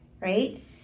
right